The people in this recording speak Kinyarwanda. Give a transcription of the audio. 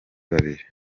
babiri